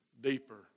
deeper